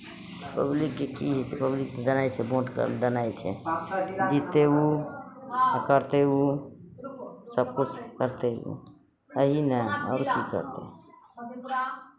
पब्लिककेँ की होइ छै पब्लिक देनाइ छै भोट कऽ देनाइ छै जिततै ओ आ करतै ओ सभकिछु करतै ओ यही ने आओर की करतै